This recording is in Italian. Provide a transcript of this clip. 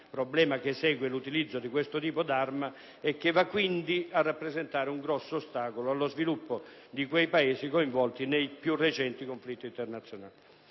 civile che consegue all'utilizzo di questo tipo d'arma e che quindi rappresenta un grosso ostacolo allo sviluppo di quei Paesi coinvolti nei più recenti conflitti internazionali.